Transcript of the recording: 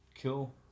cool